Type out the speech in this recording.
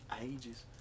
ages